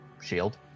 Shield